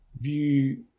view